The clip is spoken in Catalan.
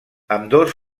ambdós